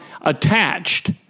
attached